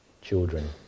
children